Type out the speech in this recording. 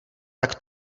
tak